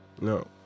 No